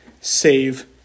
save